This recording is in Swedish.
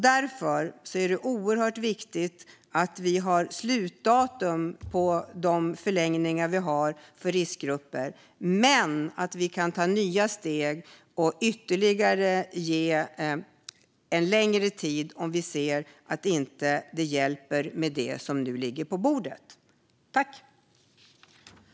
Därför måste vi ha slutdatum på de förlängningar vi har för riskgrupper. Men vi ska förstås kunna ta nya steg och förlänga ytterligare om det som nu ligger på bordet inte räcker.